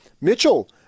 Mitchell